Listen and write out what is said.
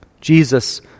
Jesus